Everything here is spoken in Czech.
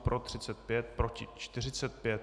Pro 35, proti 45.